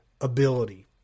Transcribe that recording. ability